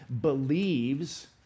believes